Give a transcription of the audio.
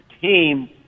team